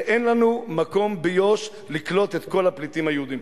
ואין לנו מקום ביו"ש לקלוט את כל הפליטים היהודים.